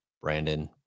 Brandon